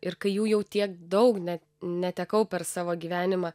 ir kai jų jau tiek daug net netekau per savo gyvenimą